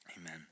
Amen